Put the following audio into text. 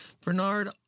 Bernard